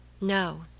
No